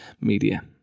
media